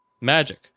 Magic